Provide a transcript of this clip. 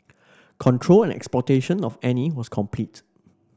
control and exploitation of Annie was complete